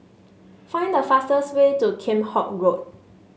find the fastest way to Kheam Hock Road